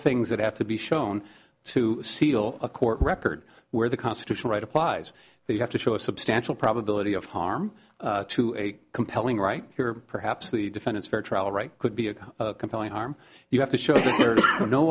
things that have to be shown to seal a court record where the constitutional right applies they have to show a substantial probability of harm to a compelling right here perhaps the defendant's fair trial rights could be a compelling harm you have to show no